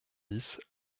dix